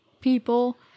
people